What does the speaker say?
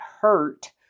hurt